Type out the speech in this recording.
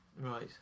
Right